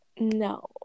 no